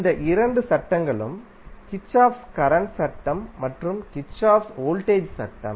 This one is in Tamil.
இந்த இரண்டு சட்டங்களும் கிர்ச்சோஃப்பின் Kirchhoff's கரண்ட் சட்டம் மற்றும் கிர்ச்சோஃப்பின் Kirchhoff's வோல்டேஜ் சட்டம்